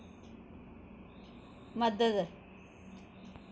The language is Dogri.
मदद